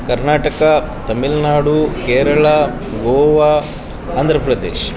Karnataka Tamil Nadu Kerala Goa Andhra Pradesh